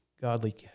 godly